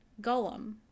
Gollum